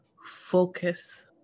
focus